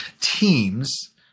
teams